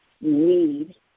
need